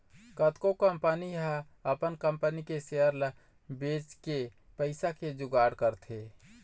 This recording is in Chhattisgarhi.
कतको कंपनी ह अपन कंपनी के सेयर ल बेचके पइसा के जुगाड़ करथे